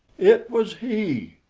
it was he.